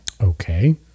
Okay